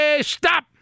stop